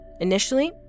Initially